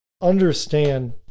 Understand